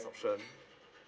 option